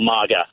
MAGA